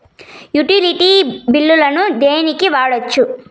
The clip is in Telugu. యుటిలిటీ బిల్లులను దేనికి వాడొచ్చు?